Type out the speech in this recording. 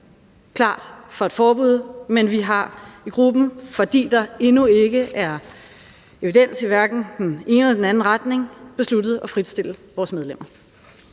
klart for et forbud, men vi har i gruppen, fordi der endnu ikke er evidens i hverken den ene eller anden retning, besluttet at fritstille vores medlemmer.